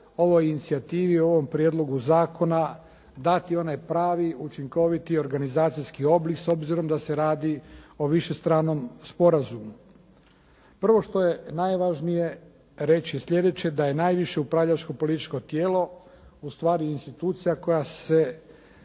ovoj inicijativi, ovom prijedlogu zakona dati onaj pravi učinkoviti, organizacijski oblik s obzirom da se radi o višestranom sporazumu. Prvo što je najvažnije reći je sljedeće da je najvažnije upravljačko političko tijelo ustvari institucija koja se